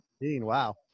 Wow